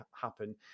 happen